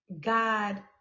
God